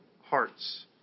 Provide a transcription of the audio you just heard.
hearts